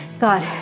God